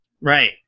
Right